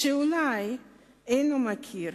שאולי אינו מכיר